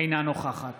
אינה נוכחת